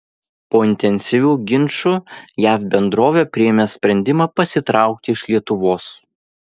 po intensyvių ginčų jav bendrovė priėmė sprendimą pasitraukti iš lietuvos